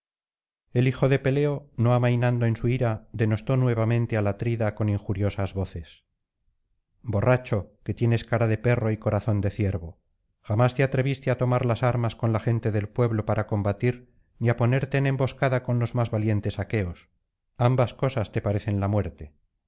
el hijo de peleo no amainando en su ira denostó nuevamente al atrida con injuriosas voces borracho que tienes cara de perro y corazón de ciervo jamás te atreviste á tomar las armas con la gente del pueblo para combatir ni á ponerte en emboscada con los más valientes aqueos ambas cosas te parecen la muerte